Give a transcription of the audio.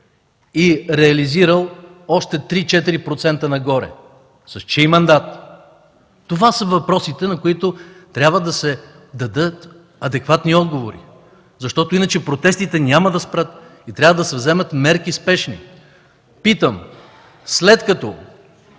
и реализирал още 3-4% нагоре, с чий мандат? Това са въпросите, на които трябва да се дадат адекватни отговори, защото иначе протестите няма да спрат и трябва да се вземат спешни мерки. Питам, след като